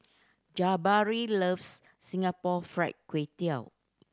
Jabari loves Singapore Fried Kway Tiao